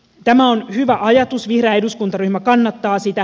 tämä on hyvä ajatus vihreä eduskuntaryhmä kannattaa sitä